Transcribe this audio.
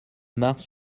mars